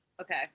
okay